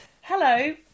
hello